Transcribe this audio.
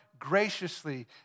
graciously